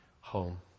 home